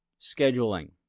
scheduling